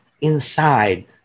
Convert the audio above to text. inside